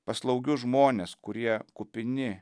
paslaugius žmones kurie kupini